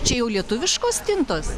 čia jau lietuviškos stintos